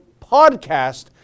PODCAST